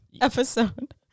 episode